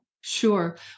Sure